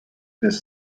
this